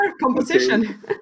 Composition